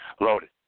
loaded